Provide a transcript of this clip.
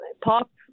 pop